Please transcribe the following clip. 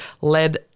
led